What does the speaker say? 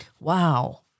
Wow